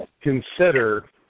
consider